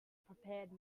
prepared